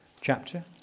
chapter